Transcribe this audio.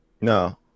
No